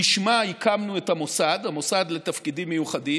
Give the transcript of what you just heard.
שלשמה הקמנו את המוסד, המוסד לתפקידים מיוחדים,